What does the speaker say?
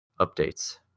updates